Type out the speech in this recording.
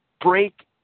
break